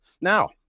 Now